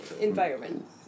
environment